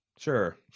Sure